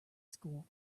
school